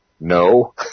no